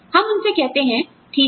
हम उनसे कहते हैं ठीक है